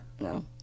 No